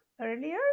earlier